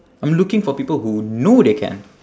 I'm looking for people who know they can